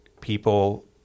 people